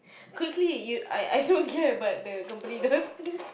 quickly you I I also don't care but the company does